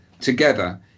together